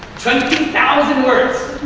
twenty thousand words.